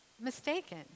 mistaken